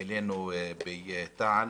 אלינו בתע"ל